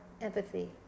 empathy